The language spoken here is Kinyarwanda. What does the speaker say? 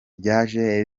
ryaje